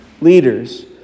leaders